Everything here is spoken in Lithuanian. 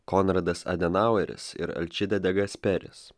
konradas adenaueris ir alčidedagas peris